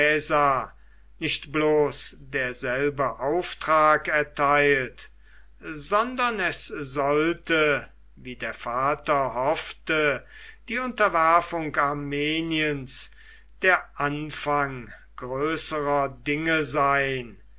nicht bloß derselbe auftrag erteilt sondern es sollte wie der vater hoffte die unterwerfung armeniens der anfang größerer dinge sein